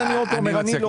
אני מציע,